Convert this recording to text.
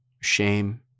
Shame